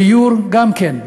בדיור גם כן,